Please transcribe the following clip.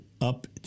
up